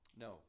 No